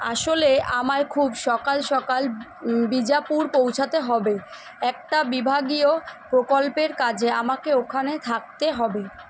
আসলে আমায় খুব সকাল সকাল বিজাপুর পৌঁছাতে হবে একটা বিভাগীয় প্রকল্পের কাজে আমাকে ওখানে থাকতে হবে